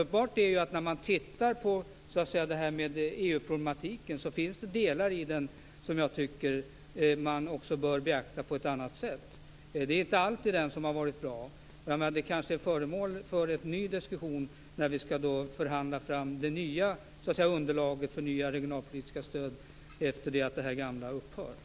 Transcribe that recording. När man ser på EU-problematiken finns det delar i den som jag tycker att man bör beakta på ett annat sätt. Det är inte allt som har varit bra, och det kanske blir föremål för en ny diskussion när vi skall förhandla fram det nya underlaget för nytt regionalpolitiskt stöd efter det att det gamla har upphört.